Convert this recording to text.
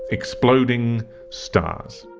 exploding stars.